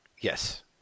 Yes